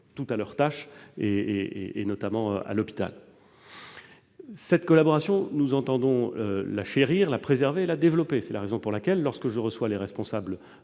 à leur tâche, notamment à l'hôpital. Cette collaboration, nous entendons la chérir, la préserver et la développer. C'est la raison pour laquelle, lorsque je reçois les responsables